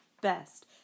best